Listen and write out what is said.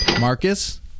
Marcus